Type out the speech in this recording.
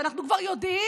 ואנחנו כבר יודעים,